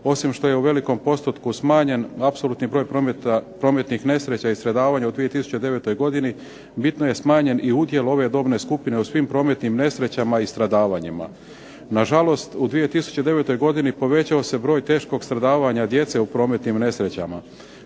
Osim što je u velikom postotku smanjen apsolutni broj prometnih nesreća i stradavanja u 2009. godini bitno je smanjen i udjel ove dobne skupine u svim prometnim nesrećama i stradavanjima. Nažalost, u 2009. godini povećao se broj teškog stradavanja djece u prometnim nesrećama.